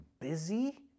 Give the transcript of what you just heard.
busy